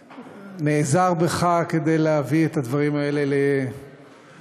נעזר בך כדי להביא את הדברים האלה לכנסת,